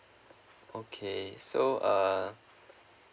okay so uh